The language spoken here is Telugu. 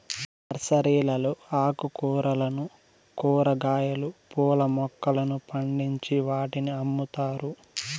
నర్సరీలలో ఆకుకూరలను, కూరగాయలు, పూల మొక్కలను పండించి వాటిని అమ్ముతారు